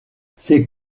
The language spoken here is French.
ces